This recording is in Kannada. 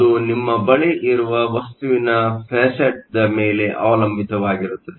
ಅದು ನಿಮ್ಮ ಬಳಿ ಇರುವ ವಸ್ತುವಿನ ಫೇಸೆಟ್Facetನ ಮೇಲೆ ಅವಲಂಬಿತವಾಗಿರುತ್ತದೆ